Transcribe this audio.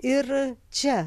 ir čia